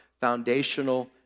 foundational